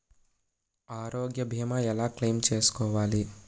ఆరోగ్య భీమా ఎలా క్లైమ్ చేసుకోవాలి?